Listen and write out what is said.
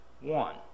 one